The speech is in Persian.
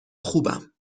خوبم